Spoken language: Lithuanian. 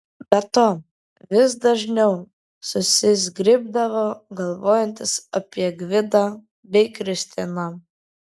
be to vis dažniau susizgribdavo galvojantis apie gvidą bei kristiną